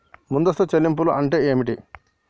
ముందస్తు చెల్లింపులు అంటే ఏమిటి?